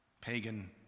pagan